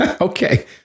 Okay